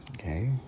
Okay